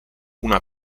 una